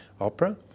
opera